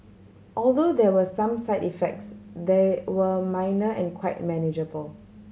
although there were some side effects they were minor and quite manageable